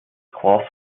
clause